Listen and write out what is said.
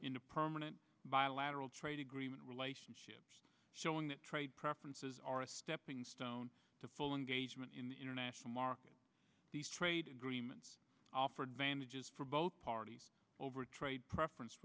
into permanent bilateral trade agreement relationship showing that trade preferences are a stepping stone to full engagement in the international market these trade agreements offered vantages for both parties over trade preference